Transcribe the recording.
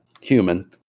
human